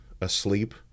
asleep